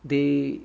they